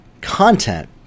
content